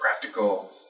practical